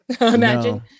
Imagine